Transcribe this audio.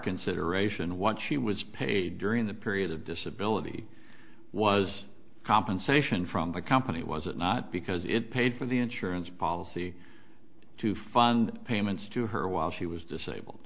consideration what she was paid during the period of disability was compensation from the company was it not because it paid for the insurance policy to fund payments to her while she was disabled